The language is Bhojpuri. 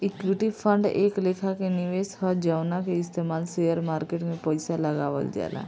ईक्विटी फंड एक लेखा के निवेश ह जवना के इस्तमाल शेयर मार्केट में पइसा लगावल जाला